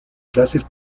clases